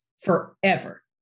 forever